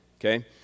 Okay